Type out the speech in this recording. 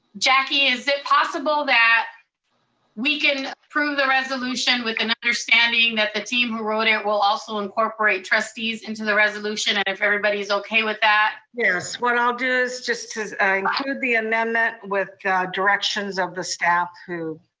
jackie is it possible that we can approve the resolution with an understanding that the team who wrote it will also incorporate trustees into the resolution, and if everybody's okay with that? yes, what i'll do is just include the amendment with directions of the staff who